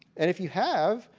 and if you have,